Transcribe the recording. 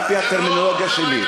על-פי הטרמינולוגיה שלי.